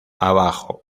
abajo